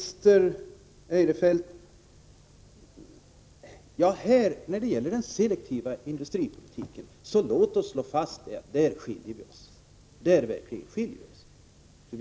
Det är en hopplös uppgift. När det gäller den selektiva industripolitiken kan vi väl, Christer Eirefelt, slå fast att våra uppfattningar verkligen skiljer sig.